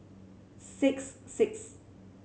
six six